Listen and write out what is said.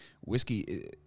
whiskey